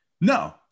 No